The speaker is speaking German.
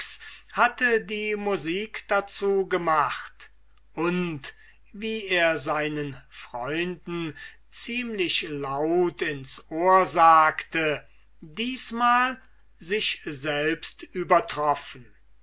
hatte die musik dazu gemacht und wie er seinen freunden ziemlich laut ins ohr sagte diesmal sich selbst übertroffen